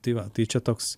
tai va tai čia toks